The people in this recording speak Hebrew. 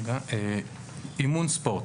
נכחו: יוסף טייב,